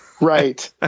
Right